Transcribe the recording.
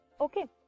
Okay